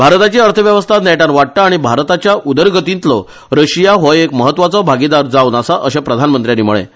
भारत अर्थव्यवस्था नेटान वाडटा आनी भारताच्या उदरगतीतलो रशिया हो एक महत्वाचो भागीदार जावन आसा अशें प्रधानमं त्यानी म्हळें